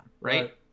Right